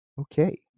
Okay